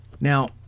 Now